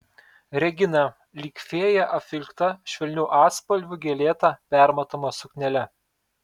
regina lyg fėja apvilkta švelnių atspalvių gėlėta permatoma suknele